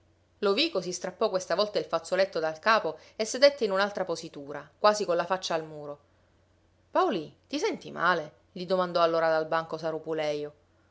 lovico si strappò questa volta il fazzoletto dal capo e sedette in un'altra positura quasi con la faccia al muro paolì ti senti male gli domandò allora dal banco saro pulejo